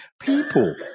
people